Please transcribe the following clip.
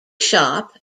shop